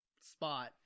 spot